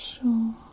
Sure